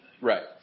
Right